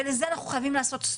לזה אנחנו חייבים לעשות stop.